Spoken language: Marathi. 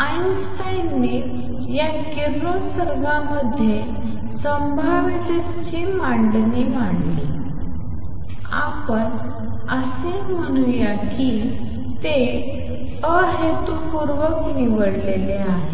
आइन्स्टाईनने या किरणोत्सर्गामध्ये संभाव्यतेची कल्पना मांडली आपण असे म्हणूया की ते अहेतुपूर्वक निवडलेले आहे